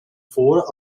vor